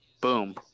Boom